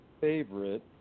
favorite